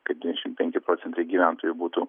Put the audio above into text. kaip devyniasdešim penki procentai gyventojų būtų